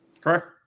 Correct